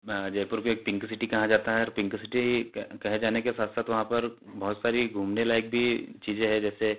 जयपुर को एक pink city कहा जाता है और पिंक सिटी कहे जाने के साथ साथ वहाँ पर बहुत सारी घूमने लायक भी चीज़ें हैं जैसे